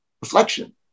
reflection